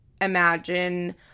imagine